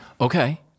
Okay